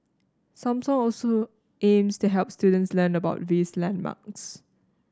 Samsung also aims to help students learn about these landmarks